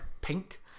pink